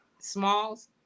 Smalls